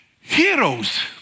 heroes